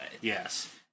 Yes